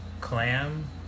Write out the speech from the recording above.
clam